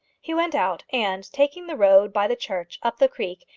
he went out, and, taking the road by the church, up the creek,